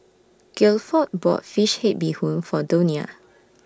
Guilford bought Fish Head Bee Hoon For Donia